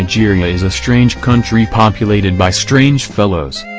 nigeria is a strange country populated by strange fellows.